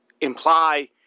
imply